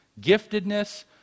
giftedness